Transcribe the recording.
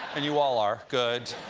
and you all are, good.